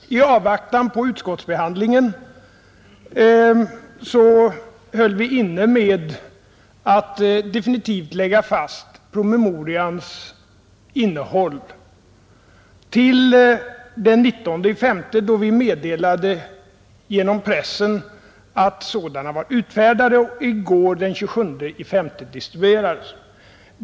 I avvaktan på utskottsbehandlingen väntade vi med att definitivt lägga fast promemorians innehåll till den 19 maj, då vi genom pressen meddelade att direktiv var utfärdade och i går, den 27 maj, distribuerades dessa.